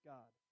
God